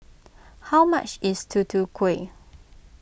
how much is Tutu Kueh